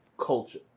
culture